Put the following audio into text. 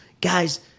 guys